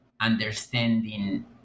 understanding